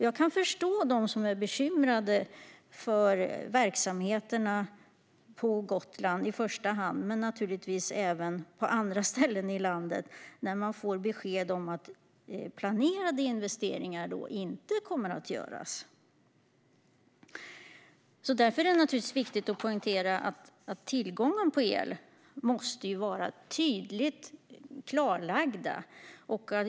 Jag kan förstå dem som är bekymrade för verksamheterna på Gotland - i första hand, men naturligtvis även på andra ställen i landet - när de får besked om att planerade investeringar inte kommer att genomföras. Därför är det naturligtvis viktigt att tillgången till el är tydligt klarlagd.